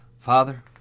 Father